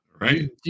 right